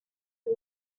por